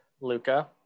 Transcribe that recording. Luca